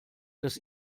das